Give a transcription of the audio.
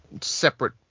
separate